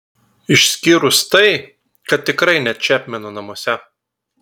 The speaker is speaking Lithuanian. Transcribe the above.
išskyrus tai kad tikrai ne čepmeno namuose